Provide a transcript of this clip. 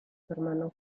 hermano